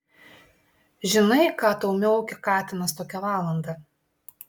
žinai ką tau miaukia katinas tokią valandą